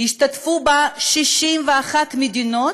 השתתפו בה 61 מדינות,